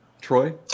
troy